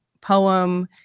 poem